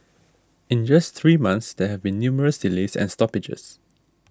in just three months there have been numerous delays and stoppages